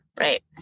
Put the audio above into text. Right